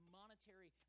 monetary